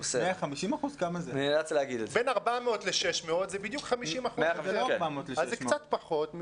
בין 400-600 זה בדיוק 50%. זה לא 50%. אז זה קצת פחות,